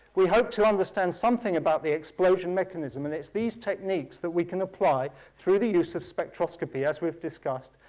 we hope to understand something about the explosion mechanism and it's these techniques that we can apply through the use of spectroscopy, as we've discussed.